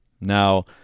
Now